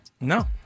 no